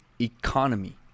economy